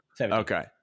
Okay